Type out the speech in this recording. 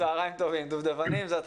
יש דובדבנים?